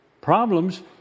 problems